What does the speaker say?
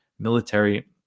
Military